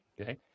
okay